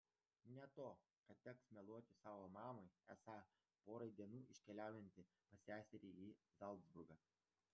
ne to kad teks meluoti savo mamai esą porai dienų iškeliaujanti pas seserį į zalcburgą